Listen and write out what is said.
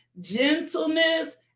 gentleness